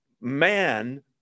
man